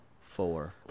four